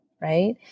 right